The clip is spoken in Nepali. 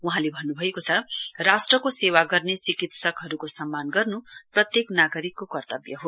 वहाँले भन्न् भयो राष्ट्रको सेवा गर्ने चिकित्सकहरूको सम्मान गर्न् प्रत्येक नागरिकको कर्तव्य हो